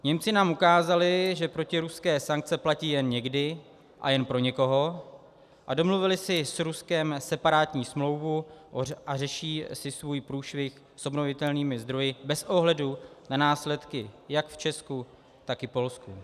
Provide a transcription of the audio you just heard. Němci nám ukázali, že protiruské sankce platí jen někdy a jen pro někoho, a domluvili si s Ruskem separátní smlouvu a řeší si svůj průšvih s obnovitelnými zdroji bez ohledu na následky jak v Česku, tak i v Polsku.